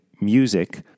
music